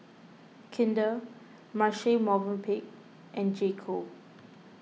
Kinder Marche Movenpick and J Co